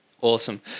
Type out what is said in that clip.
Awesome